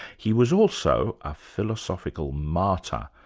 he was also a philosophical martyr.